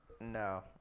No